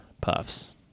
Puffs